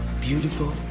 beautiful